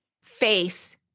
face